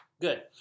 Good